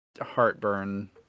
heartburn